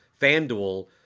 FanDuel